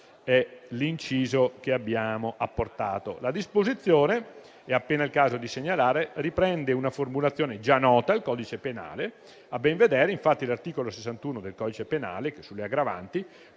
è l'inciso che abbiamo apportato. La disposizione - è appena il caso di segnalarlo - riprende una formulazione già nota del codice penale. A ben vedere, infatti, l'articolo 61 del codice penale, sulle aggravanti,